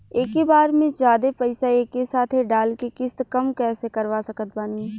एके बार मे जादे पईसा एके साथे डाल के किश्त कम कैसे करवा सकत बानी?